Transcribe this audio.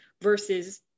versus